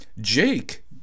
Jake